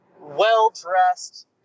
well-dressed